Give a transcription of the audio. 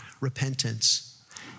Repentance